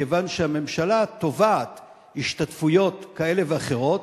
כיוון שהממשלה תובעת השתתפויות כאלה ואחרות